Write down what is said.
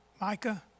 micah